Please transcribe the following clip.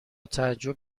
تعجب